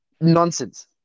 nonsense